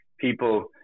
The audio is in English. people